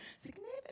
significant